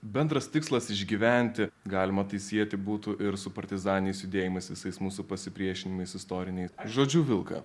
bendras tikslas išgyventi galima tai sieti būtų ir su partizaniniais judėjimais visais mūsų pasipriešinimais istoriniais žodžiu vilką